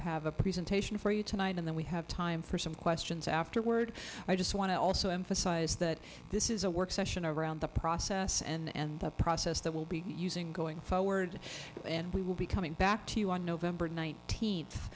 have a presentation for you tonight and then we have time for some questions afterward i just want to also emphasize that this is a work session around the process and the process that will be using going forward and we will be coming back to you on november nineteenth